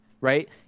right